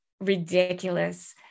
ridiculous